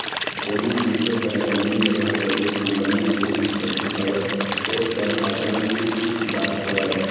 कोनो मनखे करा जमीन जघा के रुप म बनेच के संपत्ति हवय ओ सब ह बने बात हवय